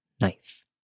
knife